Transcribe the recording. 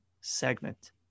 segment